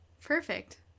perfect